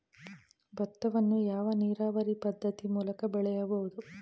ಭತ್ತವನ್ನು ಯಾವ ನೀರಾವರಿ ಪದ್ಧತಿ ಮೂಲಕ ಬೆಳೆಯಬಹುದು?